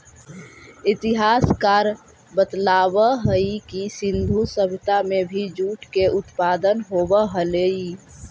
इतिहासकार बतलावऽ हई कि सिन्धु सभ्यता में भी जूट के उत्पादन होवऽ हलई